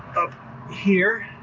up here.